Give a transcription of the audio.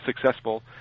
successful